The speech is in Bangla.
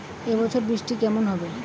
এবছর বৃষ্টি কেমন হবে?